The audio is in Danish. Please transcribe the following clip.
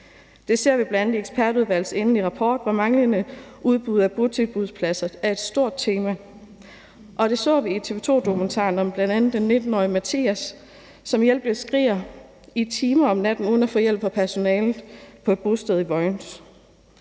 Det ser vi bl.a. i ekspertudvalgets endelige rapport, hvor manglende udbud af botilbudspladser er et stort tema, og det så vi i TV 2-dokumentaren om bl.a. den 19-årige Mathias, som skriger i timer om natten uden at få hjælp fra personalet på et bosted i Vojens.